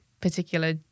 particular